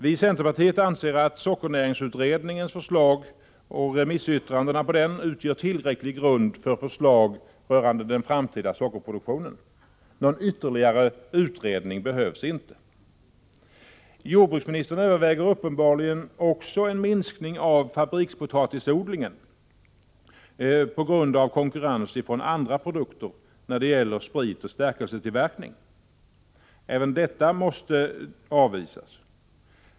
Vi i centerpartiet anser att sockernäringsutredningens förslag och remissyttrandena över dem utgör tillräcklig grund för förslag rörande den framtida sockerproduktionen — någon ytterligare utredning behövs inte. Jordbruksministern överväger uppenbarligen också en minskning av fabrikspotatisodlingen på grund av konkurrens från andra produkter då det gäller spritoch stärkelsetillverkning. Även detta måste avvisas.